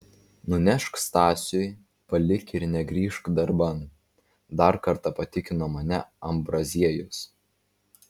nunešk stasiui palik ir negrįžk darban dar kartą patikino mane ambraziejus